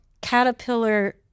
caterpillar